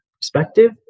perspective